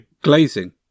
glazing